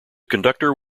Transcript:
conductor